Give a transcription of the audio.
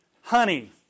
honey